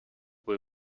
will